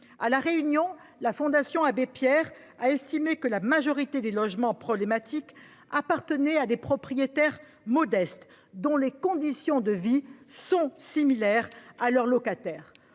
À La Réunion, la Fondation Abbé Pierre a estimé que la majorité des logements problématiques appartenaient à des propriétaires modestes dont les conditions de vie sont similaires à celles de leurs locataires.